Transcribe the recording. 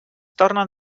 tornen